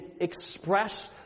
express